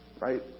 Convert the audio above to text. Right